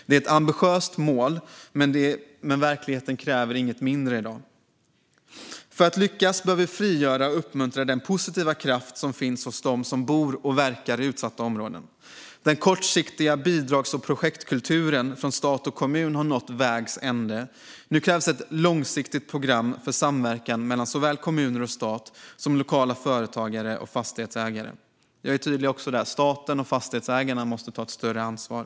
Det är ett ambitiöst mål, men verkligheten kräver i dag inget mindre än så. För att lyckas behöver vi frigöra och uppmuntra den positiva kraft som finns hos dem som bor och verkar i utsatta områden. Den kortsiktiga bidrags och projektkulturen från stat och kommun har nått vägs ände. Nu krävs ett långsiktigt program för samverkan mellan såväl kommuner och stat som lokala företagare och fastighetsägare. Jag vill vara tydlig med att staten och fastighetsägarna måste ta ett större ansvar.